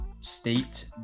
State